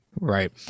right